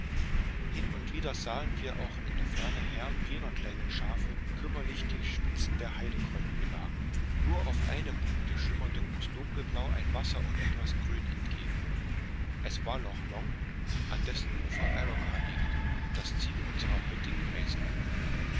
hin und wieder sahen wir auch in der ferne herden jener kleinen schafe kümmerlich die spitzen der heidekräuter benagen nur auf einem punkte schimmerte uns dunkelblau ein wasser und etwas grün entgegen es war loch long an dessen ufer arrochar liegt das ziel unserer heutigen reise